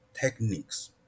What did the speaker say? techniques